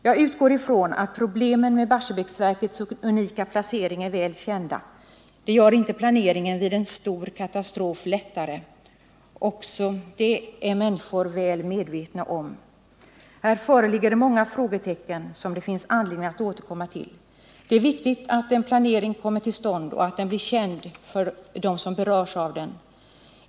Jag utgår från att problemen med Barsebäcksverkets unika placering är väl kända. Detta gör inte planeringen vid en stor katastrof lättare. Också det är människor väl medvetna om. Här föreligger många frågetecken, som det finns anledning att återkomma till. Det är viktigt att en planering kommer till stånd och att den blir känd för dem som berörs av den.